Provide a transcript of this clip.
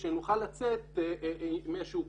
ושנוכל לצאת עם איזשהו פתרון.